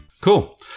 Cool